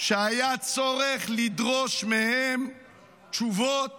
שהיה צורך לדרוש מהם תשובות